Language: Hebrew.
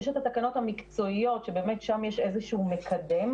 יש את התקנות המקצועיות שבאמת שם יש איזשהו מקדם